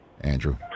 Andrew